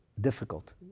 difficult